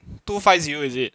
two five zero is it